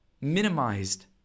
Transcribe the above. minimized